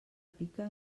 pica